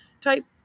type